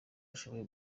ashobora